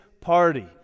party